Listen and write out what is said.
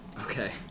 Okay